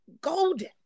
golden